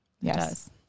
Yes